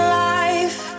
life